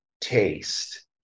taste